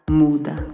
muda